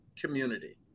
community